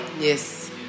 Yes